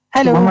Hello